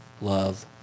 love